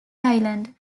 island